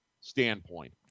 standpoint